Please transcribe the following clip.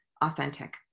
authentic